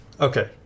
Okay